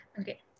okay